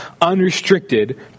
unrestricted